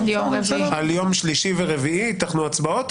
שביום שלישי ורביעי ייתכנו הצבעות.